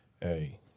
Hey